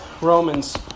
Romans